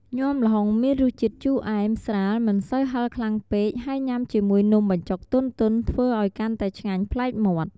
ញាំល្ហុងមានរសជាតិជូរអែម ស្រាល មិនសូវហិរខ្លាំងពេក ហើយញ៉ាំជាមួយនំបញ្ចុកទន់ៗ ធ្វើឲ្យកាន់តែឆ្ងាញ់ប្លែកមាត់។